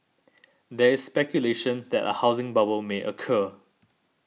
there is speculation that a housing bubble may occur